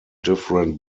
different